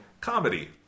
comedy